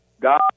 God